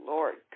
Lord